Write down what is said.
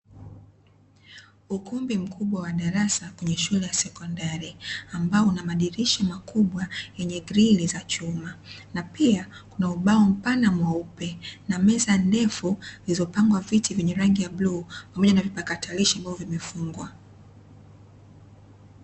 Ukumbi mkubwa wa darasa kwenye shule ya sekondari, ambao una madirisha makubwa yenye grili za chuma. Na pia kuna ubao mpana mweupe na meza ndefu zilizopangwa viti vyenye rangi ya bluu pamoja na vipakatalishi ambavyo vimefungwa.